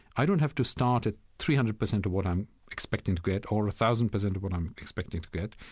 i don't have to start at three hundred percent of what i'm expecting to get or one thousand percent of what i'm expecting to get.